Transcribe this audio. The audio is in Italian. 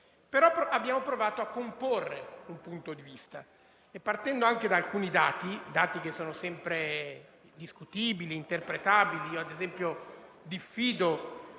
però provato a comporre un punto di vista, partendo anche da alcuni dati, che pure sono sempre discutibili e interpretabili. Ad esempio, diffido